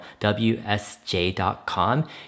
WSJ.com